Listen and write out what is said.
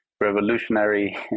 revolutionary